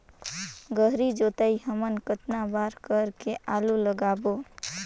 गहरी जोताई हमन कतना बार कर के आलू लगाबो?